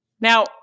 Now